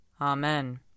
Amen